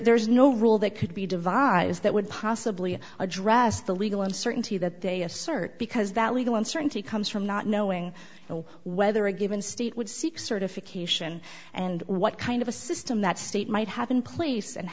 there's no rule that could be devised that would possibly address the legal uncertainty that they assert because that legal uncertainty comes from not knowing whether a given state would seek certification and what kind of a system that state might have in place and